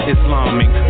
Islamic